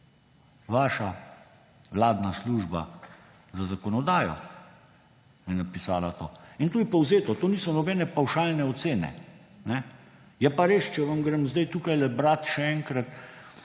vaša vladna služba za zakonodajo je napisala to. In to je povzeto, to niso nobene pavšalne ocene. Je pa res, da če vam grem zdaj tukajle brat še enkrat